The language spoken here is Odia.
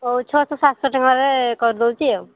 ହଉ ଛଅଶହ ସାତଶହ ଟଙ୍କାରେ କରିଦଉଛି ଆଉ